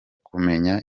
kumenya